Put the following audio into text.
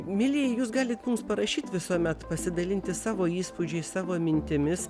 mielieji jūs galit mums parašyt visuomet pasidalinti savo įspūdžiais savo mintimis